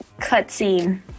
cutscene